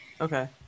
okay